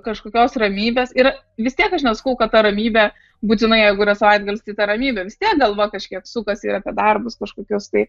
kažkokios ramybės ir vis tiek aš nesakau kad ta ramybė būtina jeigu ras atgarsį ta ramybė vis tiek galva kažkiek sukasi ir apie darbus kažkokius tai